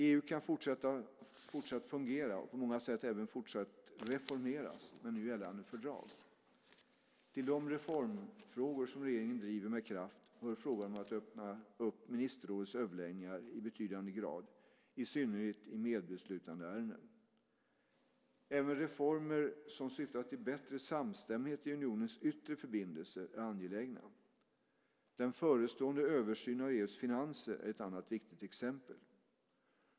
EU kan fortsatt fungera, och på många sätt även fortsatt reformeras, med nu gällande fördrag. Till de reformfrågor som regeringen driver med kraft hör frågan om att öppna upp ministerrådets överläggningar i betydande grad, i synnerhet i medbeslutandeärenden. Även reformer som syftar till bättre samstämmighet i unionens yttre förbindelser är angelägna. Den förestående översynen av EU:s finanser är ett annat viktigt exempel.